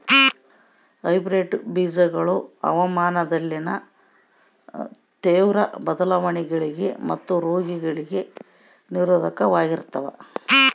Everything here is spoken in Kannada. ಹೈಬ್ರಿಡ್ ಬೇಜಗಳು ಹವಾಮಾನದಲ್ಲಿನ ತೇವ್ರ ಬದಲಾವಣೆಗಳಿಗೆ ಮತ್ತು ರೋಗಗಳಿಗೆ ನಿರೋಧಕವಾಗಿರ್ತವ